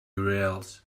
urls